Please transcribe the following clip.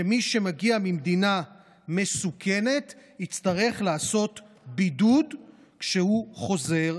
שמי שמגיע ממדינה מסוכנת יצטרך לעשות בידוד כשהוא חוזר,